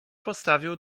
postawił